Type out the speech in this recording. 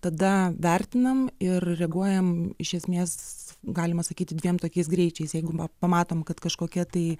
tada vertinam ir reaguojam iš esmės galima sakyti dviem tokiais greičiais jeigu pamatom kad kažkokia tai